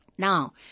Now